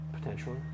Potentially